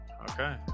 okay